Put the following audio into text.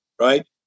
right